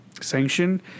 sanction